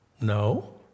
No